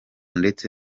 ndetse